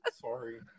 Sorry